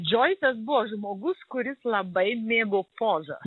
džoisas buvo žmogus kuris labai mėgo pozą